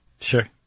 Sure